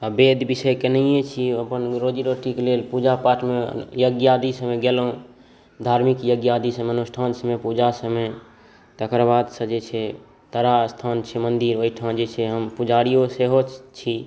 आ वेद विषय केनेहियें छी अपन रोजी रोटी के लेल पूजा पाठ यज्ञ आदी सबमे गेलहुॅं धार्मीक यज्ञ आदि सब अनुष्ठान सबमे पूजा सबमे तकरबाद सऽ जे छै तारा स्थान छै मन्दिर ओहिठाम जे छै हम पुजारियो सेहो छी